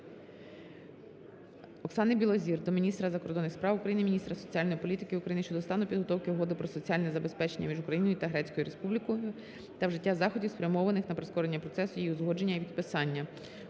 Оксани Білозір до міністра закордонних справ України, міністра соціальної політики України щодо стану підготовки Угоди про соціальне забезпечення між Україною та Грецькою Республікою та вжиття заходів, спрямованих на прискорення процесу її узгодження і підписання.